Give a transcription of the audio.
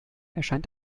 erscheint